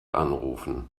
anrufen